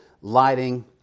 lighting